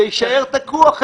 זה יישאר תקוע.